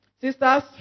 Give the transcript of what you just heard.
Sisters